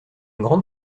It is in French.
grande